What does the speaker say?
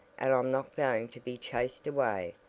and i'm not going to be chased away,